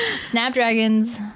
Snapdragons